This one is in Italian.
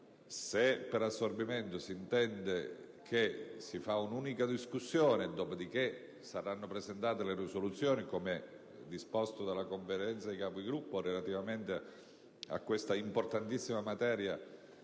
lo svolgimento di un'unica discussione, dopodiché saranno presentate le risoluzioni, come disposto dalla Conferenza dei Capigruppo, relativamente a questa importantissima materia